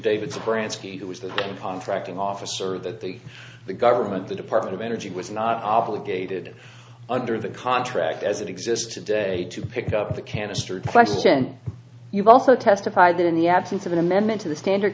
view was that any contract an officer that the the government the department of energy was not obligated under the contract as it exists today to pick up the cannister question you've also testified that in the absence of an amendment to the standard